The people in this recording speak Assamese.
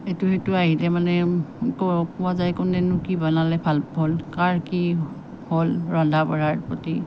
ইটো সিটো আহিলে মানে কোৱা যায় কোনেনো কি বনালে ভাল হ'ল কাৰ কি হ'ল ৰন্ধা বঢ়াৰ প্ৰতি